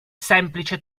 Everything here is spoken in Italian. semplice